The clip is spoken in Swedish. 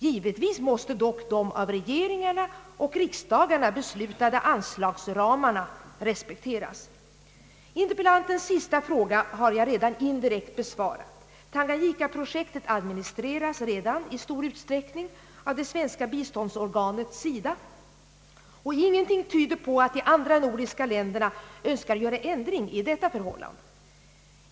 Givetvis måste dock de av regeringarna och riksdagarna beslutade anslagsramarna respekteras. Interpellantens sista fråga har jag redan indirekt besvarat. Tanganyika-projektet administreras redan i stor utsträckning av det svenska biståndsorganet SIDA, och ingenting tyder på att de andra nordiska länderna önskar göra ändring i detta förhållande.